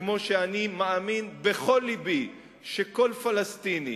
וכמו שאני מאמין בכל לבי שכל פלסטיני